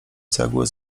cegły